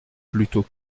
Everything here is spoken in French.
plutôt